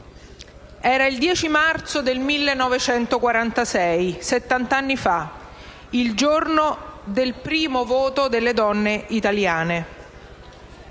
era il 10 marzo del 1946, settant'anni fa, il giorno del primo voto delle donne italiane.